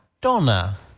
Donna